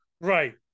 Right